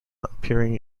appearing